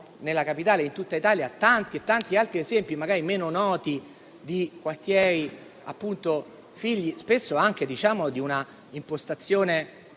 nella Capitale e in tutta Italia tanti e tanti altri esempi, magari meno noti, di quartieri figli spesso anche di una impostazione